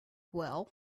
well